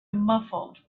muffled